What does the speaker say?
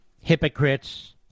hypocrites